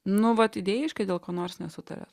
nu vat idėjiškai dėl ko nors nesutariat